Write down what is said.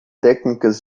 técnicas